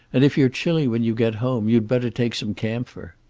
and if you're chilly when you get home, you'd better take some camphor.